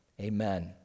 Amen